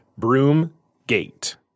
Broomgate